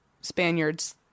Spaniards